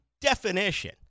definition